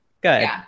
Good